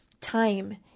time